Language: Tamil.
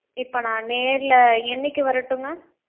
இப்போ நான் நேரில் என்றைக்கு வரட்டுங்க